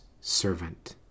servant